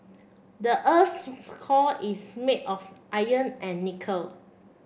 the earth's core is made of iron and nickel